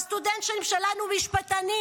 והסטודנטים שלנו משפטנים.